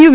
you